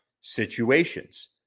situations